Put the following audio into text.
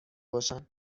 باشن